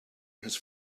his